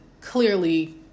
clearly